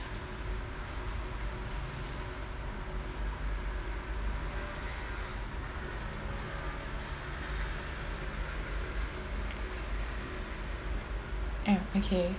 mm okay